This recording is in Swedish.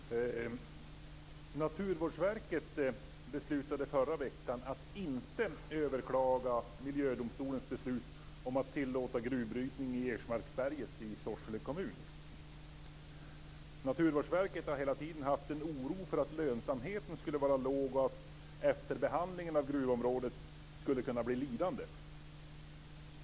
Herr talman! Naturvårdsverket beslutade i förra veckan att inte överklaga Miljödomstolens beslut om att tillåta gruvbrytning i Ersmarksberget i Sorsele kommun. Naturvårdsverket har hela tiden hyst oro för att lönsamheten skulle vara låg och att efterbehandlingen av gruvområdet skulle kunna bli lidande.